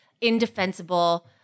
indefensible